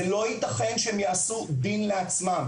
זה לא יתכן שהם יעשו דין לעצמם,